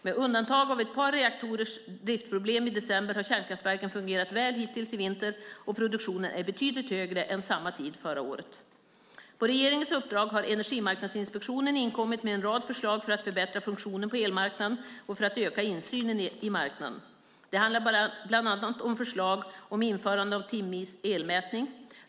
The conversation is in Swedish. Med undantag av ett par reaktorers driftproblem i december har kärnkraftverken fungerat väl hittills i vinter, och produktionen är betydligt högre än samma tid förra året. På regeringens uppdrag har Energimarknadsinspektionen inkommit med en rad förslag för att förbättra funktionen på elmarknaden och för att öka insynen i marknaden. Det handlar bland annat om förslag om införande av timvis elmätning.